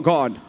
God